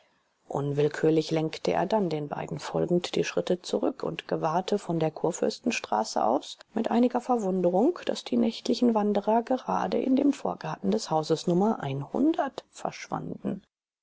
unwillkürlich lenkte er dann den beiden folgend die schritte zurück und gewahrte von der kurfürstenstraße aus mit einiger verwunderung daß die nächtlichen wanderer gerade in dem vorgarten des hauses nr verschwanden